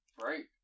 right